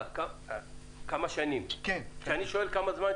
אני שואל כמה שנים